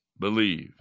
believe